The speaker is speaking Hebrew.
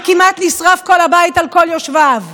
וכמעט ונשרף כל הבית על כל יושביו.